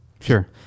Sure